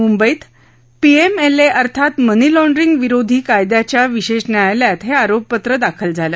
मुंबईत पीएमएलए अर्थात money laundering विरोध कायद्याच्या विश्वान्यायालयात हेआरोपपत्र दाखल झालं